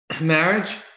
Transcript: marriage